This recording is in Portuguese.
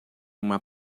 uma